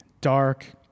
dark